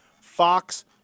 Fox